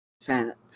fat